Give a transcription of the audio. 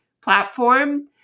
platform